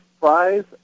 prize